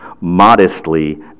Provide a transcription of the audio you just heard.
modestly